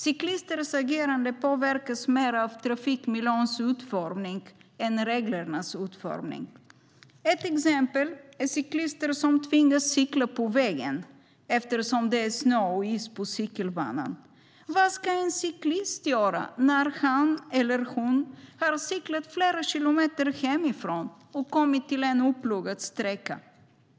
Cyklisters agerande påverkas mer av trafikmiljöns utformning än av reglernas utformning. Ett exempel är cyklister som tvingas cykla på vägen eftersom det är snö och is på cykelbanan. Vad ska en cyklist göra när han eller hon har cyklat flera kilometer hemifrån och kommit till en oplogad sträcka?